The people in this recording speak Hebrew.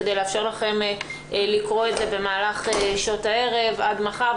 כדי לאפשר לכם לקרוא את זה במהלך שעות הערב עד מחר,